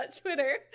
Twitter